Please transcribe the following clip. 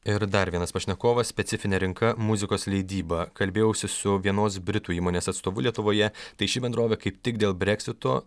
ir dar vienas pašnekovas specifinė rinka muzikos leidyba kalbėjausi su vienos britų įmonės atstovu lietuvoje tai ši bendrovė kaip tik dėl breksito